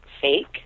fake